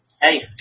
Hey